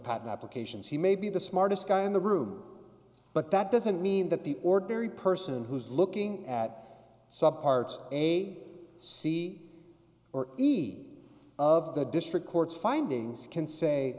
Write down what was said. patent applications he may be the smartest guy in the room but that doesn't mean that the ordinary person who is looking at some parts a c or each of the district court's findings can say